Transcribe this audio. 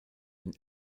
den